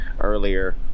earlier